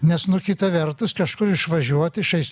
nes nu kita vertus kažkur išvažiuoti šiais